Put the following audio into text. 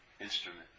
instrument